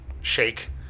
shake